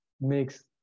makes